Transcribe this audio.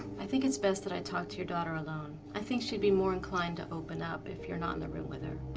i think it's best that i talk to your daughter alone. i think she'd be more inclined to open up if you're not in the room with her.